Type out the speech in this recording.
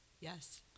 Yes